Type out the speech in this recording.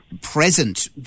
present